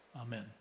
Amen